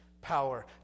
power